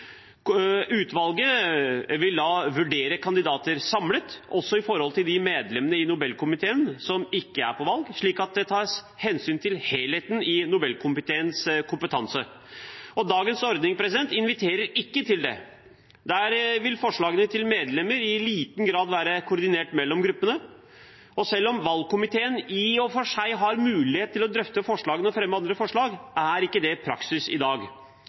Utvalget vil da vurdere kandidater samlet, også med tanke på de medlemmene i Nobelkomiteen som ikke er på valg, slik at det tas hensyn til helheten i Nobelkomiteens kompetanse. Dagens ordning inviterer ikke til det. Der vil forslagene til medlemmer i liten grad være koordinert mellom gruppene, og selv om valgkomiteen i og for seg har mulighet til å drøfte forslagene og fremme andre forslag, er ikke det praksis i dag.